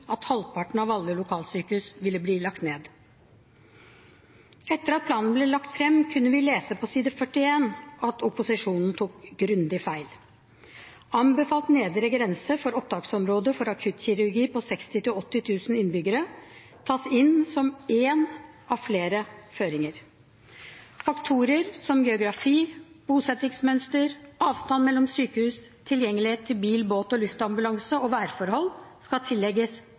at halvparten av alle lokalsykehus ville bli lagt ned. Etter at planen ble lagt fram, kunne vi på side 44 i meldingen lese det som viser at opposisjonen tok grundig feil. Der står det: «Anbefalt nedre grense for opptaksområdet for akutt kirurgi på 60–80 000 innbyggere tas inn som en av flere føringer i denne vurderingen. Faktorer som geografi og bosettingsmønster, avstand mellom sykehus, tilgjengelighet til bil-, båt- og luftambulansetjenester og værforhold